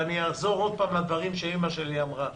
אני אחזור שוב לדברים שאימא שלי אמרה: